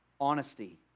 honesty